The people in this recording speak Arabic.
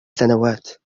سنوات